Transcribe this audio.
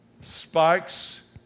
spikes